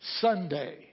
Sunday